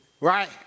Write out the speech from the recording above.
right